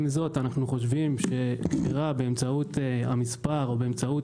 עם זאת אנחנו חושבים שקשירה באמצעות המספר או באמצעות